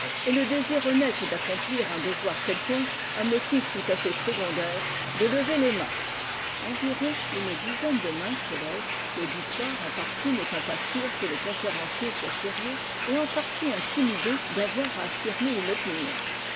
et le désir honnête d'accomplir un devoir quelconque un motif tout à fait secondaire de lever les mains environ une o c ïe de mains se lèvent l'auditoire en partie n'étant pas sûr que le conférencier soit sérieux et en partie intimidé d'avoir à affirmer une opinion